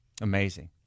Amazing